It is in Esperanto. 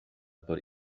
por